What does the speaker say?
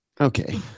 Okay